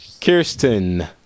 Kirsten